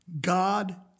God